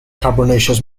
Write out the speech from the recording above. carbonaceous